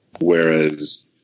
whereas